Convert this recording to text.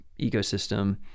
ecosystem